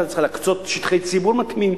אתה צריך להקצות שטחי ציבור מתאימים,